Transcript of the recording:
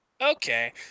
Okay